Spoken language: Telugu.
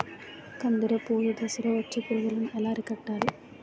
కందిలో పూత దశలో వచ్చే పురుగును ఎలా అరికట్టాలి?